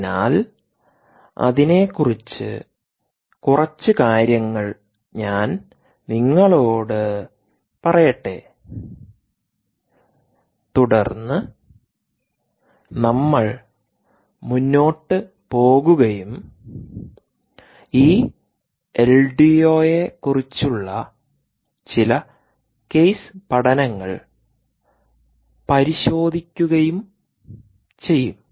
അതിനാൽ അതിനെക്കുറിച്ച് കുറച്ച് കാര്യങ്ങൾ ഞാൻ നിങ്ങളോട് പറയട്ടെ തുടർന്ന് നമ്മൾ മുന്നോട്ട് പോകുകയും ഈ എൽഡിഒയെക്കുറിച്ചുള്ള ചില കേസ് പഠനങ്ങൾ പരിശോധിക്കുകയും ചെയ്യും